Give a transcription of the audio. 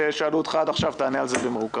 ששאלו אותך עד עכשיו ותענה על זה במרוכז.